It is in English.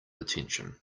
attention